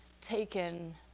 taken